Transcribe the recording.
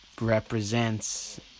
represents